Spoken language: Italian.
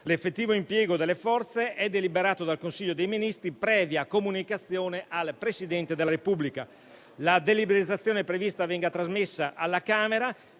L'effettivo impiego delle forze è deliberato dal Consiglio dei ministri previa comunicazione al Presidente della Repubblica. La deliberazione prevista viene trasmessa alla Camera